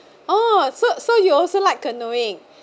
oh so so you also like canoeing